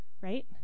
Right